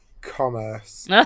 commerce